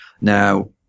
Now